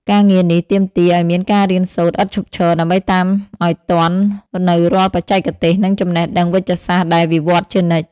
ការងារនេះទាមទារឱ្យមានការរៀនសូត្រឥតឈប់ឈរ ដើម្បីតាមឱ្យទាន់នូវរាល់បច្ចេកទេស និងចំណេះដឹងវេជ្ជសាស្ត្រដែលវិវត្តជានិច្ច។